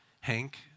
Hank